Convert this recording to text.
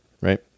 Right